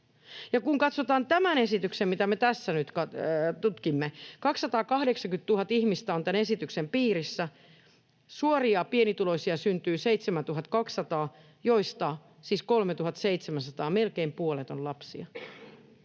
kun katsotaan tätä esitystä, mitä me tässä nyt tutkimme: 280 000 ihmistä on tämän esityksen piirissä, suoria pienituloisia syntyy 7 200, joista siis 3 700, melkein puolet, on lapsia.